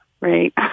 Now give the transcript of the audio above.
right